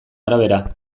arabera